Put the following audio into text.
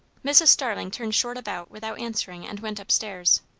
mrs. starling turned short about without answering and went up-stairs.